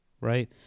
right